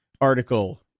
article